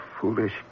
foolish